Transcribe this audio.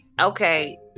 okay